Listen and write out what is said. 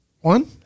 One